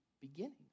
beginnings